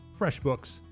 FreshBooks